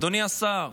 אדוני השר,